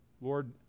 Lord